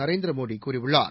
நரேந்திர மோடி கூறியுள்ளார்